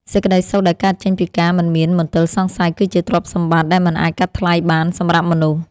សេចក្តីសុខដែលកើតចេញពីការមិនមានមន្ទិលសង្ស័យគឺជាទ្រព្យសម្បត្តិដែលមិនអាចកាត់ថ្លៃបានសម្រាប់មនុស្ស។